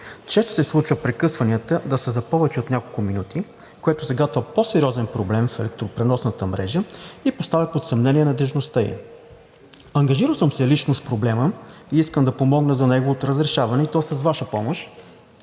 Често се случва прекъсванията да са за повече от няколко минути, което загатва по-сериозен проблем в електропреносната мрежа и поставя под съмнение надеждността ѝ. Ангажирал съм се лично с проблема и искам да помогна за неговото разрешаване, и то с Ваша помощ,